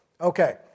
Okay